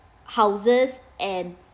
houses and